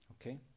Okay